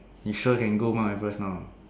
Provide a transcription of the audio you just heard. you sure can go Mount Everest now